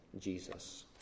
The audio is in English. Jesus